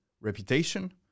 reputation